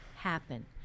happen